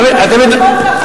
איך אפשר להתמחות ככה?